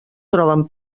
troben